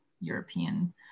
European